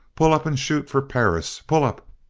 pull up! and shoot for perris! pull up!